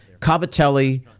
Cavatelli